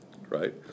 right